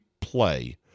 play